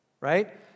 Right